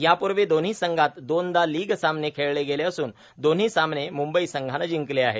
यापूर्वी दोन्ही संघात दोनदा लीग सामने खेळले गेले असून दोन्ही सामने म्ंबई संघानं जिंकले आहेत